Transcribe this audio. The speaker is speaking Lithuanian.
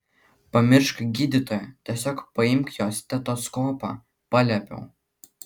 pamiršk gydytoją tiesiog paimk jo stetoskopą paliepiau